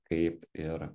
kaip ir